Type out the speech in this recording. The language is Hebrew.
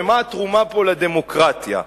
ומה התרומה פה לדמוקרטיה,